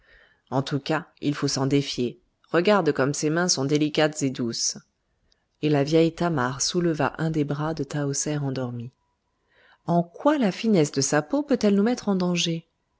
en tout cas il faut s'en défier regarde comme ses mains sont délicates et douces et la vieille thamar souleva un des bras de tahoser endormie en quoi la finesse de sa peau peut-elle nous mettre en danger